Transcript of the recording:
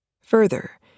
Further